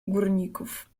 górników